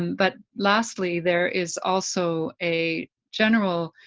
but lastly, there is also a general